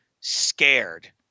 scared